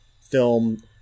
film